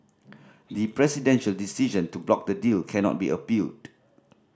the presidential decision to block the deal cannot be appealed